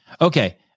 Okay